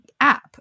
app